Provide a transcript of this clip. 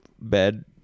bed